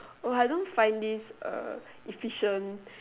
oh I don't find this uh efficient